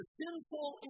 sinful